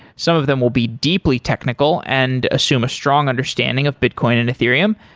some of them will be deeply technical and assume a strong understanding of bitcoin and ethereum,